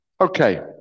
Okay